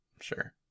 sure